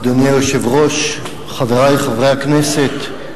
אדוני היושב-ראש, חברי חברי הכנסת,